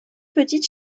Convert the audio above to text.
petite